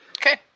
Okay